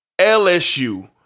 LSU